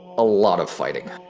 a lot of fighting.